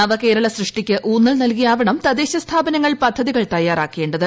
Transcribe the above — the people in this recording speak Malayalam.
നവകേരള സൃഷ്ടിക്ക് ഊന്നൽ നൽകിയാവണം തദ്ദേശസ്ഥാപനങ്ങൾ പദ്ധതികൾ തയ്യാറാക്കേണ്ടത്